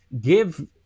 give